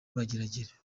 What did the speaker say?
mageragere